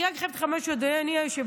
אני רק חייבת לך משהו, אדוני היושב-ראש.